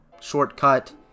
shortcut